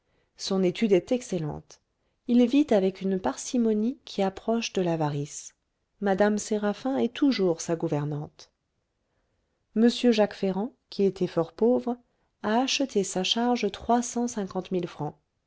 son étude est excellente il vit avec une parcimonie qui approche de l'avarice mme séraphin est toujours sa gouvernante m jacques ferrand qui était fort pauvre a acheté sa charge